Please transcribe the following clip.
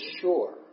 sure